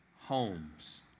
homes